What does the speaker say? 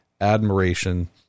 admiration